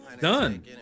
Done